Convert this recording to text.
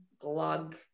glug